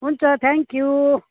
हुन्छ thank you